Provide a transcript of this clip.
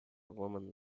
woman